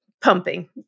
pumping